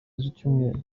z’icyumweru